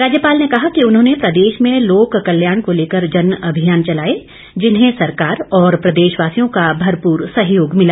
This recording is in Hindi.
राज्यपाल ने कहा कि उन्होंने प्रदेश में लोक कल्याण को लेकर जनअभियान चलाए जिन्हें सरकार और प्रदेशवासियों का भरपुर सहयोग मिला